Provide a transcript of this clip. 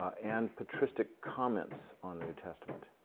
and patristic comments on the new testament,